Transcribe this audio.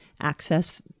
access